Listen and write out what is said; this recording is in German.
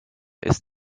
ist